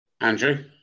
Andrew